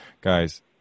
Guys